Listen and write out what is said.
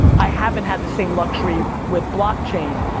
i haven't had the same luxury with blockchain.